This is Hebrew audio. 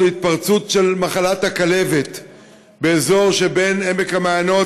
להתפרצות של מחלת הכלבת באזור שבין עמק המעיינות,